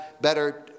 better